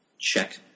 check